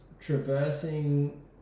traversing